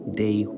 day